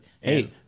hey